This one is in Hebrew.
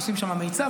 עושים שם מיצ"ב,